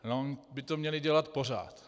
Oni by to měli dělat pořád.